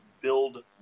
build